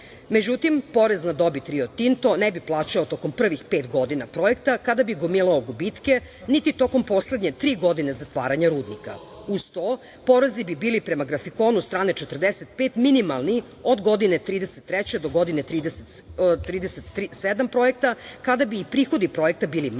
prihoda.Međutim, porez na dobit Rio Tinto ne bi plaćao tokom prvih pet godina projekta, kada bi gomilao gubitke, niti tokom poslednje tri godine zatvaranja rudnika. Uz to, porezi bi bili, prema grafikonu, strana 45, minimalni od godine 33. do godine 37. projekta kada bi i prihodi projekta bili manji,